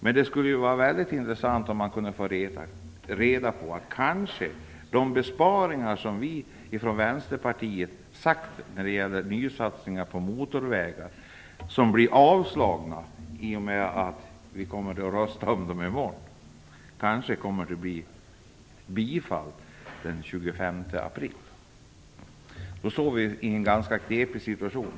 Men det skulle vara väldigt intressant om man kunde få reda på om de besparingar som vi från Vänsterpartiet föreslagit när det gäller nysatsningar på motorvägar, och som kommer att avslås vid omröstningen i morgon, kanske kommer att bifallas den 25 april. Då står vi i en ganska knepig situation.